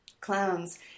clowns